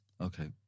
okay